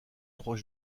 trois